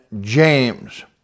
James